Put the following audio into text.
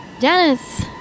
Janice